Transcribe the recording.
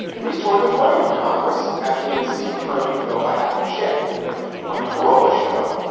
and he's toyed with running for congress actually in the seat currently filled by adam schiff on the corolla show.